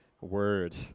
word